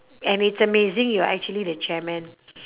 and it's amazing you're actually the chairman